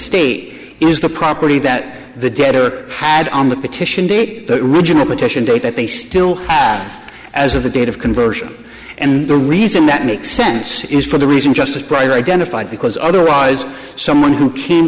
state is the property that the debtor had on the petition date the original petition date that they still have as of the date of conversion and the reason that makes sense is for the reason just as dr identified because otherwise someone who came